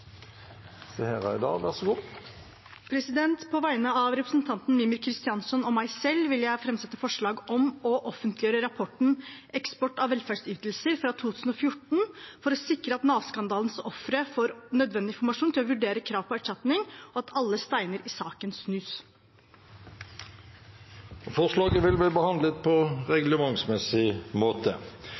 så snart som mulig. Representanten Seher Aydar vil framsette et representantforslag. På vegne av representanten Mímir Kristjánsson og meg selv vil jeg fremme forslag om å offentliggjøre rapporten «eksport av velferdsytelser» fra 2014 for å sikre at Nav-skandalens ofre får nødvendig informasjon til å vurdere krav på erstatning, og at alle steiner i saken snus. Forslaget vil bli behandlet på reglementsmessig måte.